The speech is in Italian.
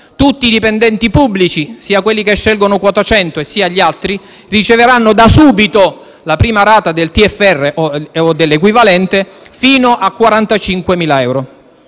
Tutti i dipendenti pubblici, sia coloro che sceglieranno quota 100, sia gli altri, riceveranno da subito la prima rata del TFR o dell'equivalente fino a 45.000 euro.